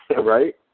Right